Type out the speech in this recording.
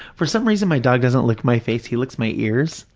for some reason, my dog doesn't lick my face. he licks my ears.